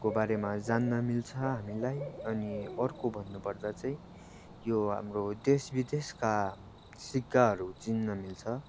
को बारेमा जान्न मिल्छ हामीलाई अनि अर्को भन्नु पर्दा चाहिँ यो हाम्रो देश विदेशका सिक्काहरू चिन्न मिल्छ